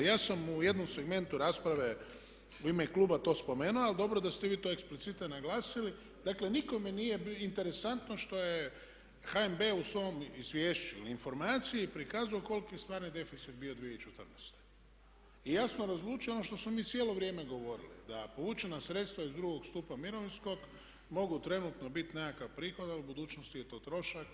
Ja sam u jednom segmentu rasprave u ime kluba to spomenuo ali dobro da ste vi to explicite naglasili, dakle nikome nije interesantno što je HNB u svom izvješću ili informaciji prikazao koliki je stvarni deficit bio 2014. i jasno razluče ono što smo mi cijelo vrijeme govorili da povučena sredstva iz 2. stupa mirovinskog mogu trenutno biti nekakav prihod ali u budućnosti je to trošak.